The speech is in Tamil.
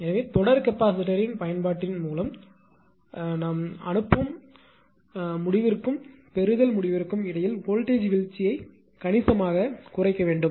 எனவே தொடர் கெபாசிட்டரின் பயன்பாட்டின் மூலம் அனுப்பும் முடிவிற்கும் பெறுதல் முடிவிற்கும் இடையில் வோல்ட்டேஜ் வீழ்ச்சியைக் கணிசமாகக் குறைக்க வேண்டும்